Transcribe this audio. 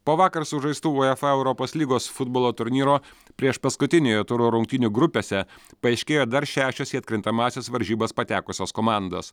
po vakar sužaistų uefa europos lygos futbolo turnyro priešpaskutiniojo turo rungtynių grupėse paaiškėjo dar šešios į atkrintamąsias varžybas patekusios komandos